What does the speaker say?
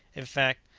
in fact,